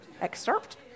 Excerpt